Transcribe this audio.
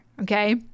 okay